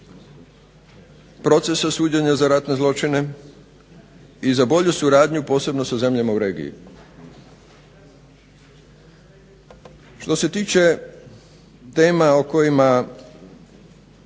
procesa suđenja za ratne zločine i za bolju suradnju, posebno sa zemljama u regiji. Što se tiče tema o kojima